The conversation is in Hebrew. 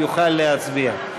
יוכל להצביע.